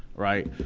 right?